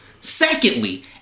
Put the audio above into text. Secondly